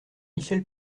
michel